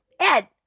Ed